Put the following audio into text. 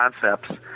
concepts